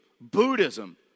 Buddhism